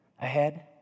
ahead